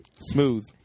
Smooth